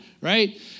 right